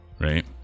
right